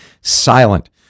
silent